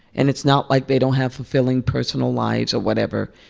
and it's not like they don't have fulfilling personal lives or whatever.